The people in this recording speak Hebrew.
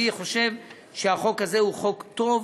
אני חושב שהחוק הזה הוא חוק טוב,